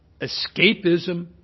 escapism